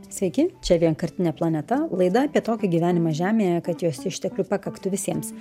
sveiki čia vienkartinė planeta laida apie tokį gyvenimą žemėje kad jos išteklių pakaktų visiems